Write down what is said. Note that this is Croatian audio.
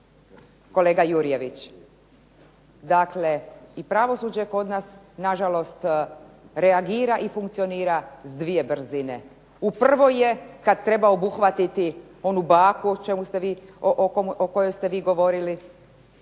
kolega Jurjević. Dakle, i pravosuđe kod nas reagira i funkcionira s dvije brzine. U prvoj je kada treba obuhvatiti onu baku o kojoj ste vi govorili,